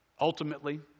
Ultimately